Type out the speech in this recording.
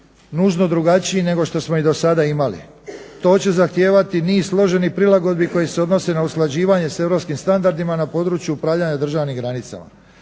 nužno drugačiji nego što smo ih dosada imali. To će zahtijevati niz složenih prilagodbi koje se odnose na usklađivanje s europskim standardima na području upravljanja državnim granicama.